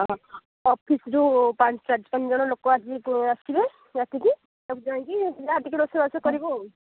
ଅଫିସରୁ ପାଞ୍ଚ ସାତ ଜଣ ଲୋକ ଆସିବେ ରାତିକୁ ଏମିତି ଯାହା ଯେମିତି ରୋଷେଇ କରିବ ଆଉ